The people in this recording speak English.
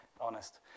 honest